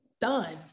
done